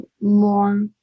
more